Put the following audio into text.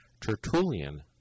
Tertullian